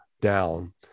down